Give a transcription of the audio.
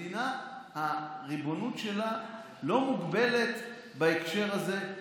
מדינה, הריבונות שלה לא מוגבלת בהקשר הזה.